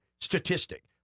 statistic